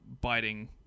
biting